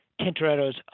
Tintoretto's